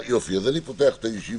ה-15 בפברואר 2021. אני פותח את הישיבה.